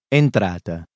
entrata